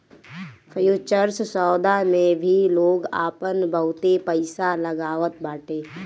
futures सौदा मे भी लोग आपन बहुते पईसा लगावत बाटे